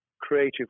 creative